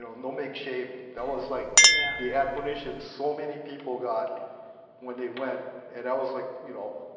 no no make shame. that was like yeah the admonition so many people got when they went and that was like, you know,